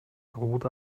droht